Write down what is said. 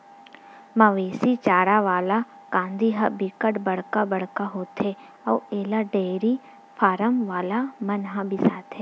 मवेशी चारा वाला कांदी ह बिकट बड़का बड़का होथे अउ एला डेयरी फारम वाला मन ह बिसाथे